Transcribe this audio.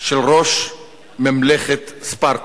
של ראש ממלכת ספרטה.